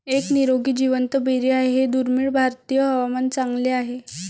एक निरोगी जिवंत बेरी आहे हे दुर्मिळ भारतीय हवामान चांगले आहे